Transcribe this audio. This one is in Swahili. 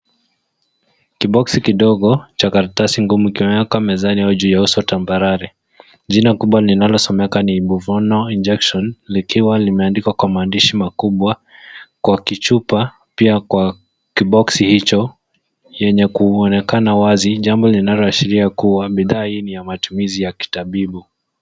Kiboksi kidogo cha karatasi ngumu kimewekwa mezani au juu ya uso tambarare. Jina kubwa linalosomeka ni Buvonal Injection , likiwa limeandikwa kwa maandishi makubwa kwa kichupa pia kwa kiboksi hicho, yenye kuonekana wazi, jambo linaloashiria kuwa bidhaa hii ni ya matumizi ya kitabibu.